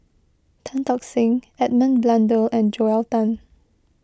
Tan Tock Seng Edmund Blundell and Joel Tan